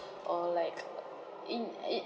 or like in in